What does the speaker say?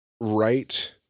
right